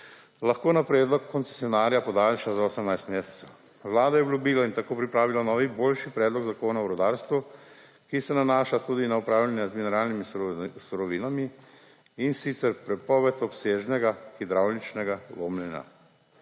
lahko na predlog koncesionarja podaljša za 18 mesecev. Vlada je obljubila in tako pripravila novi, boljši predlog Zakona o rudarstvu, ki se nanaša tudi na upravljanje z mineralnimi surovinami, in sicer prepoved obsežnega hidravličnega lomljenja.